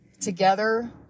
Together